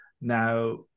Now